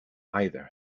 either